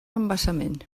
embassament